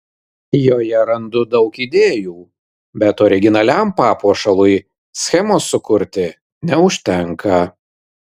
joje randu daug idėjų bet originaliam papuošalui schemos sukurti neužtenka